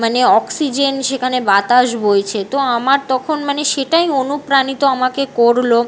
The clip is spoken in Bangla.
মানে অক্সিজেন সেখানে বাতাস বইছে তো আমার তখন মানে সেটাই অনুপ্রাণিত আমাকে করলো